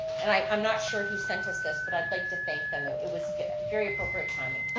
and i'm i'm not sure who sent us this, but i'd like to thank them, it was very appropriate timing. oh,